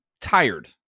tired